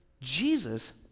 Jesus